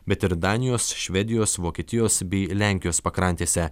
bet ir danijos švedijos vokietijos bei lenkijos pakrantėse